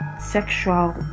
sexual